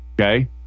Okay